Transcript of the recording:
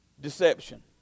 deception